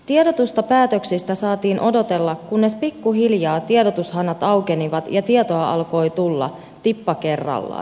tiedotusta päätöksistä saatiin odotella kunnes pikkuhiljaa tiedotushanat aukenivat ja tietoa alkoi tulla tippa kerrallaan